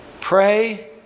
Pray